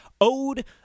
owed